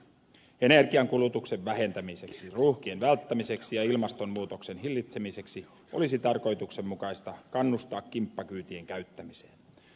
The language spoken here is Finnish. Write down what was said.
energiankulutuksen vähentämiseksi ruuhkien välttämiseksi ja ilmastonmuutoksen hillitsemiseksi olisi tarkoituksenmukaista kannustaa kimppakyytien käyttämiseen